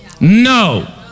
No